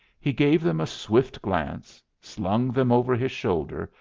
he gave them a swift glance, slung them over his shoulder,